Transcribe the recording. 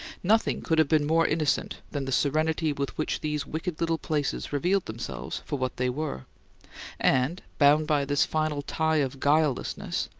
nothing could have been more innocent than the serenity with which these wicked little places revealed themselves for what they were and, bound by this final tie of guilelessness,